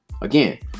Again